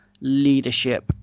leadership